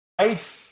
Eight